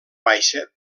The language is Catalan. baixa